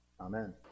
Amen